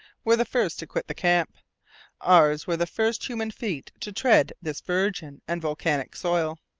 were the first to quit the camp ours were the first human feet to tread this virgin and volcanic soil.